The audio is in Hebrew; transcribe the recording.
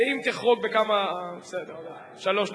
אם תחרוג בכמה, בסדר, אבל, שלוש דקות.